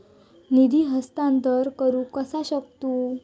निधी हस्तांतर कसा करू शकतू?